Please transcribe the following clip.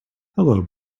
hello